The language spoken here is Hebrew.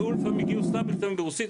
לפעמים הגיעו סתם מכתבים ברוסית,